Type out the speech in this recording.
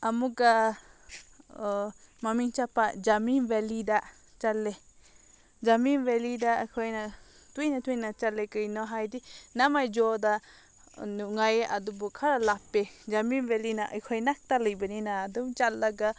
ꯑꯃꯨꯛꯀ ꯃꯃꯤꯡ ꯆꯠꯄ ꯖꯥꯃꯤ ꯚꯦꯜꯂꯤꯗ ꯆꯠꯂꯦ ꯖꯥꯃꯤ ꯚꯦꯜꯂꯤꯗ ꯑꯩꯈꯣꯏꯅ ꯇꯣꯏꯅ ꯇꯣꯏꯅ ꯆꯠꯂꯦ ꯀꯩꯒꯤꯅꯣ ꯍꯥꯏꯔꯗꯤ ꯅꯥꯃꯩꯖꯣꯗ ꯅꯨꯡꯉꯥꯏ ꯑꯗꯨꯕꯨ ꯈꯔ ꯂꯥꯞꯄꯦ ꯖꯥꯃꯤ ꯚꯦꯜꯂꯤꯅ ꯑꯩꯈꯣꯏ ꯅꯥꯛꯇ ꯂꯩꯕꯅꯤꯅ ꯑꯗꯨꯝ ꯆꯠꯂꯒ